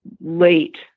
late